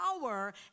power